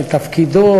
של תפקידו